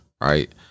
right